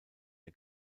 der